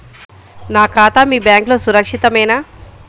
నా ఖాతా మీ బ్యాంక్లో సురక్షితమేనా?